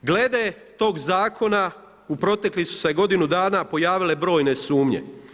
Glede tog zakona u proteklih su se godinu dana pojavile brojne sumnje.